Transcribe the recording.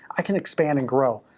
i can expand and grow.